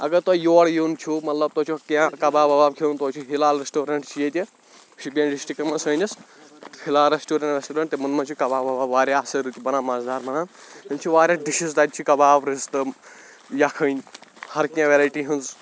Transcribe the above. اگر تۄہہِ یور یُن چھُو مطلب تۄہہِ چھُو کینٛہہ کَباب وَباب کھیوٚن تۄہہِ چھُو ہَلال رٮ۪سٹورَنٛٹ چھِ ییٚتہِ شُپیَن ڈِسٹرکس منٛز سٲنِس ہِلال رٮ۪سٹورَنٛٹ وٮ۪سٹورنٛٹ تِمَن منٛز چھِ کَباب وَباب واریاہ اَصٕل رٕتۍ بَنان مَزٕدار بَنان تِم چھِ واریاہ ڈِشِز تَتہِ چھِ کَباب رِستہٕ یَکھٕنۍ ہرکینٛہہ ویٚرایٹی ہٕنٛز